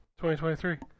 2023